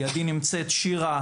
לידי נמצאת שירה,